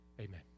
amen